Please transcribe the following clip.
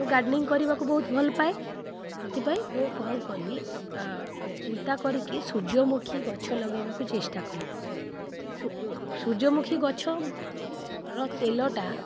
ମୁଁ ଗାର୍ଡ଼୍ନିଂ କରିବାକୁ ବହୁତ ଭଲପାଏ ସେଥିପାଇଁ ମୁଁ କ'ଣ କଲି ଚିନ୍ତା କରିକି ସୂର୍ଯ୍ୟମୁଖୀ ଗଛ ଲଗାଇବାକୁ ଚେଷ୍ଟା କଲି ସୂର୍ଯ୍ୟମୁଖୀ ଗଛର ତେଲଟା